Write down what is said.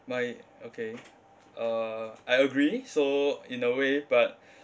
my okay uh I agree so in a way but